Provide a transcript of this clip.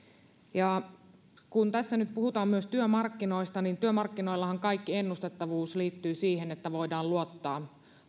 kun tässä nyt puhutaan myös työmarkkinoista niin työmarkkinoillahan kaikki ennustettavuus liittyy siihen että voidaan luottaa